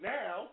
Now